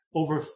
over